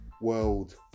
world